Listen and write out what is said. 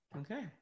Okay